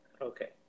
Okay